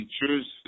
features